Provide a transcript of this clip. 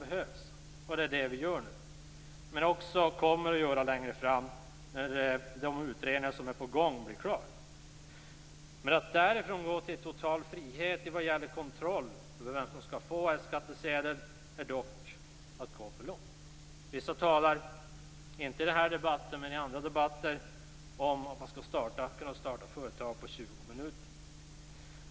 Det är också det vi gör nu, och vi kommer att fortsätta att genomföra förenklingar längre fram, när de utredningar som nu är på gång blir klara. Att därifrån gå till total frihet vad gäller kontroll över vem som skall få F-skattsedel är dock att gå för långt. Vissa talar - inte i den här debatten men i andra debatter - om att man skall kunna starta ett företag på 20 minuter.